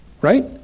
Right